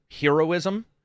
heroism